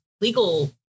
legal